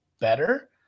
better